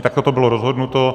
Takto to bylo rozhodnuto.